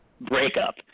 breakup